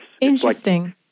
Interesting